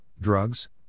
drugs